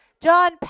John